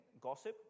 gossip